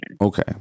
Okay